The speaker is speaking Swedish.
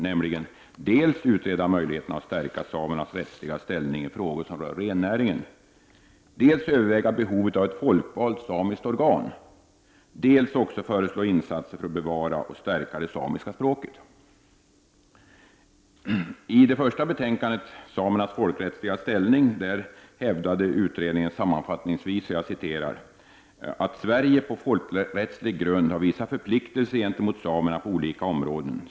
För det första skulle möjligheterna att stärka samernas rättsliga ställning i frågor som rör rennäringen utredas. För det andra skulle behovet av ett folkvalt samiskt organ övervägas. För det tredje skulle insatser för att bevara och stärka det samiska språket föreslås. I sitt första betänkande, Samernas folkrättsliga ställning, hävdade utredningen sammanfattningsvis ”att Sverige på folkrättslig grund har vissa förpliktelser gentemot samerna på olika områden.